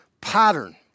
pattern